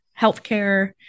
healthcare